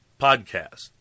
podcast